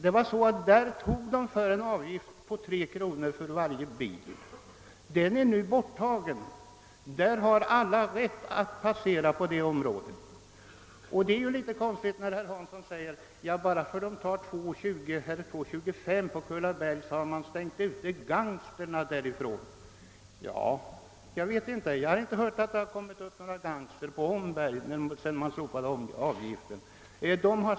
Där togs det tidigare en avgift på 3 kronor per bil men den är nu borttagen, och alla har rätt att passera inom området. Det är litet konstigt att herr Hansson säger att man utestängt gangsterna från Kullaberg bara därför att man där har en avgift på 2:25. Men jag har inte hört att det kommit några gangster upp till Omberg sedan avgiften slopades.